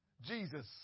Jesus